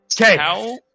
Okay